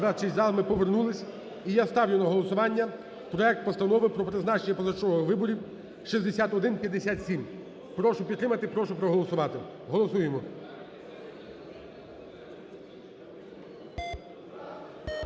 Ми повернулись. І я ставлю на голосування проект Постанови про призначення позачергових виборів 6157. Прошу підтримати, прошу проголосувати. Голосуємо.